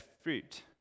fruit